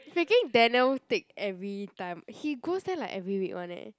freaking Daniel take every time he goes there like every week [one] eh